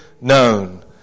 known